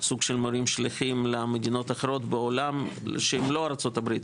סוג של מורים שליחים למדינות אחרות בעולם שהן לא ארצות הברית.